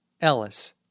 Ellis